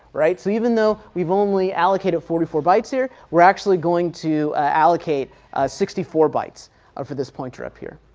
right. so even though we've only allocated forty four bytes here, we're actually going to allocate sixty four bytes ah for this pointer up here.